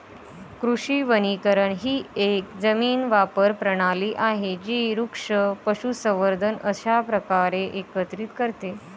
कृषी वनीकरण ही एक जमीन वापर प्रणाली आहे जी वृक्ष, पशुसंवर्धन अशा प्रकारे एकत्रित करते